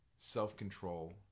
self-control